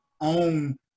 own